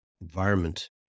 environment